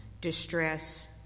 distress